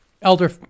elder